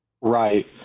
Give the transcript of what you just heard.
Right